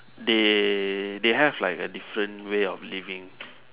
they they have like a different way of living